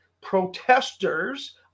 protesters